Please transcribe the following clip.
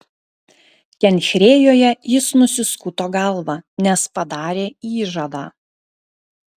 kenchrėjoje jis nusiskuto galvą nes padarė įžadą